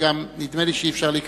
וגם נדמה לי שאי-אפשר להיכנס,